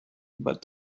but